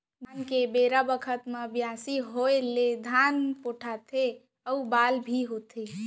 धान के बेरा बखत म बियासी होय ले धान पोठाथे अउ बाल भी होथे